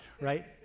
right